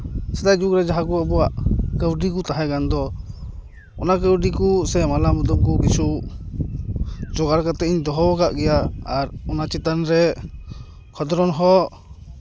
ᱥᱮᱫᱟᱭ ᱡᱩᱜᱽᱨᱮ ᱡᱟᱦᱟᱸ ᱠᱚ ᱟᱵᱚᱣᱟᱜ ᱠᱟᱹᱣᱰᱤ ᱠᱚ ᱛᱟᱦᱮᱸ ᱠᱟᱱ ᱫᱚ ᱚᱱᱟ ᱠᱟᱹᱣᱰᱤ ᱠᱚ ᱥᱮ ᱢᱟᱞᱟ ᱢᱩᱫᱟᱹᱢ ᱠᱚ ᱠᱤᱪᱷᱩ ᱡᱚᱜᱟᱲ ᱠᱟᱛᱮᱜ ᱤᱧ ᱫᱚᱦᱚ ᱠᱟᱜ ᱜᱮᱭᱟ ᱟᱨ ᱚᱱᱟ ᱪᱮᱛᱟᱱ ᱨᱮ ᱠᱷᱚᱸᱫᱽᱨᱚᱱ ᱦᱚᱸ